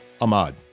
Ahmad